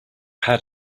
had